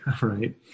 right